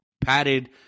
padded